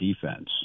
defense